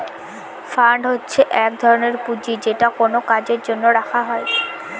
fund হচ্ছে এক ধরনের পুঁজি যেটা কোনো কাজের জন্য রাখা হয়